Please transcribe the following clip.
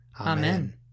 Amen